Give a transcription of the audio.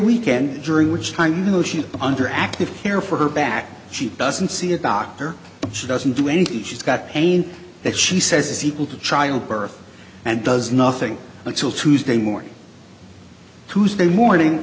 weekend during which time emotion under active care for her back she doesn't see a doctor she doesn't do anything she's got pain that she says is equal to childbirth and does nothing but school tuesday morning tuesday morning